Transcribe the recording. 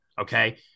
Okay